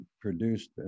produced